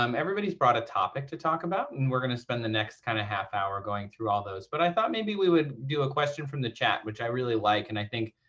um everybody's brought a topic to talk about. and and we're going to spend the next kind of half hour going through all those. but i thought maybe we would do a question from the chat, which i really like. and i think,